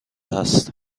هست